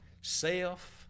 Self